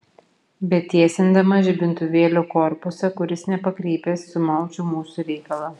bet tiesindamas žibintuvėlio korpusą kuris nepakrypęs sumaučiau mūsų reikalą